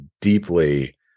deeply